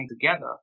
together